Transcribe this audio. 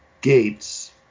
Gates